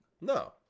No